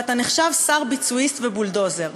ואתה נחשב שר ביצועיסט ובולדוזר,